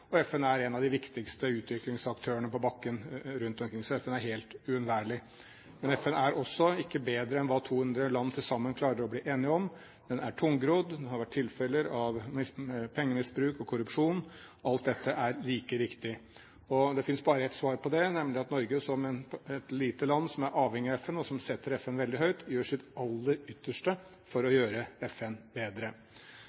FN er også en av de viktigste utviklingsaktørene på bakken rundt omkring. Så FN er helt uunnværlig. FN er ikke bedre enn hva 200 land til sammen klarer å bli enige om. FN er tungrodd. Det har vært tilfeller av pengemisbruk og korrupsjon. Alt dette er like riktig. Det finnes bare ett svar på det, nemlig at Norge som et lite land som er avhengig av FN, og som setter FN veldig høyt, gjør sitt aller ytterste for å